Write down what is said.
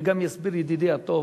וגם יסביר לי ידידי הטוב: